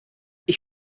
ich